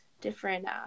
different